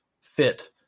fit